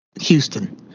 Houston